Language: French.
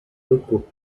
locaux